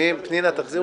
כל זה במהלך המאבק הזה,